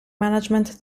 management